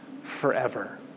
forever